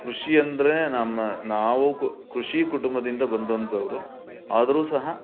ಕೃಷಿ ಅಂದರೆ ನಮ್ಮ ನಾವು ಕು ಕೃಷಿ ಕುಟುಂಬದಿಂದ ಬಂದಂಥವರು ಆದರೂ ಸಹ